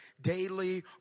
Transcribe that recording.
daily